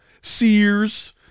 Sears